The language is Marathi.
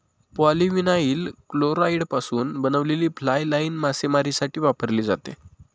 पॉलीविनाइल क्लोराईडपासून बनवलेली फ्लाय लाइन मासेमारीसाठी वापरली जाते